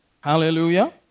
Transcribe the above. Hallelujah